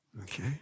Okay